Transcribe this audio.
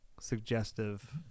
suggestive